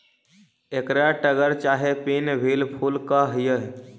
एकरा टगर चाहे पिन व्हील फूल कह हियई